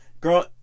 girl